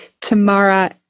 Tamara